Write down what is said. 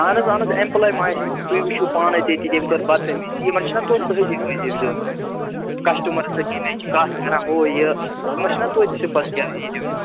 اَہن حظ اَہن حظ اٮ۪مپُلاے ما آسہِ تۄہہِ وٕچھُو پانے تٔتی تٔمۍ کٔر بدتٔمیٖزی یِمن چھِنَہ توتہِ تٔہزیٖب وٲزیٖب دیُن کٮسٹمرن سۭتۍ کمہِ آیہِ چھِ کَتھ کَرا ہُہ یہِ یِمن چھِنَہ توتہِ سِپتھ